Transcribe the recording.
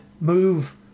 move